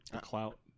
clout